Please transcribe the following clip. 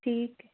ਠੀਕ ਐ